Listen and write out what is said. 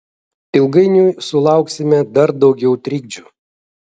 ilgainiui sulauksime dar daugiau trikdžių